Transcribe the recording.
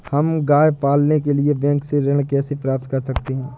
हम गाय पालने के लिए बैंक से ऋण कैसे प्राप्त कर सकते हैं?